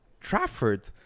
trafford